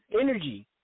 energy